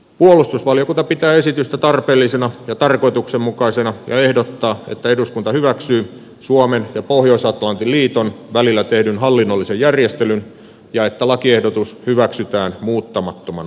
puolustusvaliokunta pitää esitystä tarpeellisena ja tarkoituksenmukaisena ja ehdottaa että eduskunta hyväksyy suomen ja pohjois atlantin liiton välillä tehdyn hallinnollisen järjestelyn ja että lakiehdotus hyväksytään muuttamattomana